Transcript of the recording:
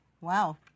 Wow